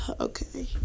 Okay